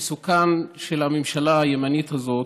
מסוכן של הממשלה הימנית הזאת,